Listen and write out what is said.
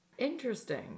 Interesting